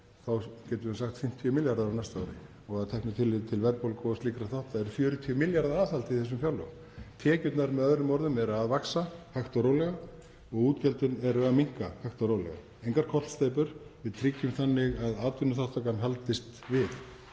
þá, getum við sagt, 50 milljarðar á næsta ári og að teknu tilliti til verðbólgu og slíkra þátta er 40 milljarða aðhald í þessum fjárlögum. Tekjurnar eru með öðrum orðum að vaxa hægt og rólega og útgjöldin eru að minnka hægt og rólega, engar kollsteypur. Við tryggjum þannig að atvinnuþátttakan haldist við,